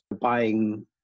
buying